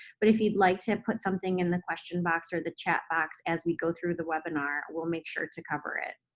but if you'd like to and put something in the question box or the chat box as we go through the webinar, we'll make sure to cover it.